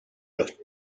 los